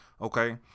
okay